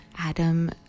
adam